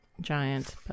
Giant